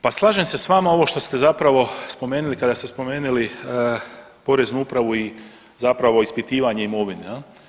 Pa slažem se sa vama ovo što ste zapravo spomenuli kada ste spomenuli Poreznu upravu i zapravo ispitivanje imovine.